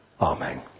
Amen